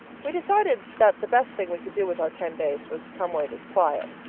we decided that the best thing we could do with our ten days was to come where it is quiet.